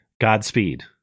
Godspeed